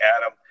Adam